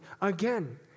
Again